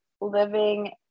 living